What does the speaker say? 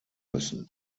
müssen